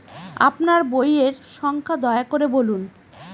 আপনার বইয়ের সংখ্যা দয়া করে বলুন?